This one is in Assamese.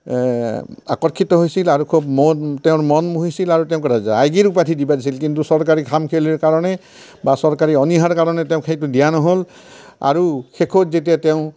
আকৰ্ষিত হৈছিল আৰু খুব মন তেওঁৰ মন মুহিছিল আৰু তেওঁক জাইগীৰ উপাধি দিব দিছিল কিন্তু চৰকাৰে খাম খেয়ালিৰ কাৰণে বা চৰকাৰী অনিহাৰ কাৰণে তেওঁক সেইটো দিয়া নহ'ল আৰু শেষত যেতিয়া তেওঁ